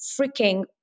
freaking